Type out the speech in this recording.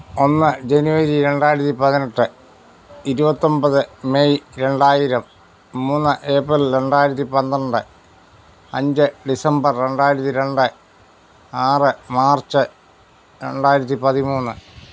ഒന്ന് ജനുവരി രണ്ടായിരത്തി പതിനെട്ട് ഇരുപത്തൊൻപത് മെയ് രണ്ടായിരം മൂന്ന് ഏപ്രിൽ രണ്ടായിരത്തി പന്ത്രണ്ട് അഞ്ച് ഡിസംബർ രണ്ടായിരത്തി രണ്ട് ആറ് മാർച്ച് രണ്ടായിരത്തി പതിമൂന്ന്